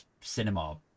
cinema